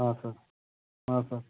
ಹಾಂ ಸರ್ ಹಾಂ ಸರ್